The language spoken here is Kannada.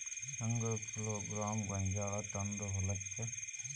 ಹೆಂಗ್ ಕಿಲೋಗ್ರಾಂ ಗೋಂಜಾಳ ತಂದಿ ಹೊಲಕ್ಕ?